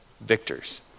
victors